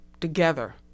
together